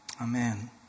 Amen